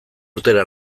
urtera